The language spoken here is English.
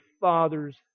Father's